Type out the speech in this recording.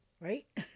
right